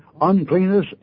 uncleanness